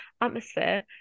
atmosphere